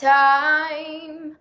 time